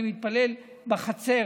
אני מתפלל בחצר,